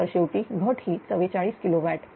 तर शेवटी घट ही 44 किलो वॅट